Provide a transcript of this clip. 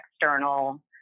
external